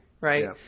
right